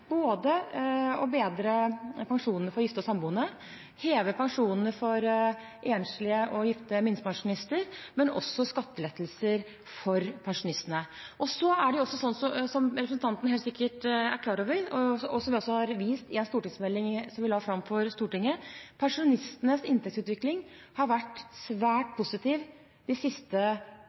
både ved å bedre pensjonene for gifte og samboende, ved å heve pensjonene for enslige og gifte minstepensjonister, og også ved skattelettelser til pensjonistene. Som representanten helt sikkert er klar over, og som vi også har vist i en stortingsmelding vi la fram for Stortinget, har pensjonistenes inntektsutvikling vært svært positiv de siste